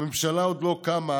הממשלה עוד לא קמה,